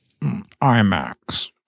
IMAX